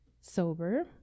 sober